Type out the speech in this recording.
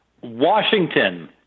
Washington